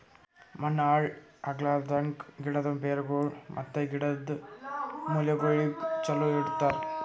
ಮಣ್ಣ ಹಾಳ್ ಆಗ್ಲಾರ್ದಂಗ್, ಗಿಡದ್ ಬೇರಗೊಳ್ ಮತ್ತ ಗಿಡದ್ ಮೂಲೆಗೊಳಿಗ್ ಚಲೋ ಇಡತರ್